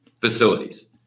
facilities